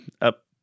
up